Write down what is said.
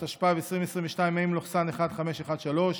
התשפ"ב 2022, מ/1513,